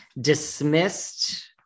dismissed